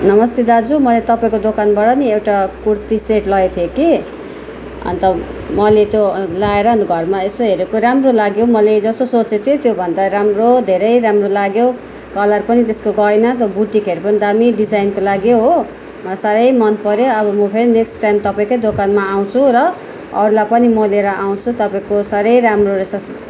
नमस्ते दाजु म यहाँ तपाईँको दोकानबाट नि एउटा कुर्ती सेट लगेको थिएँ के अन्त मैले त्यो लगाएर अन्त घरमा यसो हेरेको राम्रो लाग्यो मलाई जस्तो सोचे थिएँ त्योभन्दा राम्रो धेरै राम्रो लाग्यो कलर पनि त्यसको गएन त्यो बुटिकहरू पनि दामी डिजाइनको लाग्यो हो साह्रै मनपर्यो अब म फेरि नेक्स्ट टाइम तपाईँकै दोकानमा आउँछु र अरूलाई पनि म लिएर आउँछु तपाईँको साह्रै राम्रो रहेछ